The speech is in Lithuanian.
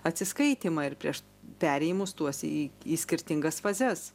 atsiskaitymą ir prieš perėjimus tuos į skirtingas fazes